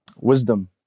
Wisdom